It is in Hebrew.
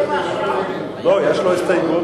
יש לו הסתייגות